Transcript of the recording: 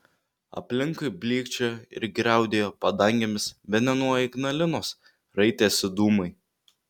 aplinkui blykčiojo ir griaudėjo padangėmis bene nuo ignalinos raitėsi dūmai